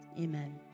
Amen